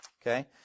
Okay